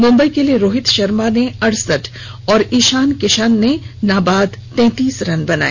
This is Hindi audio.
मुंबई के लिए रोहित शर्मा ने अड़सठ और ईशान किशान ने नाबाद तैंतीस रन बनाए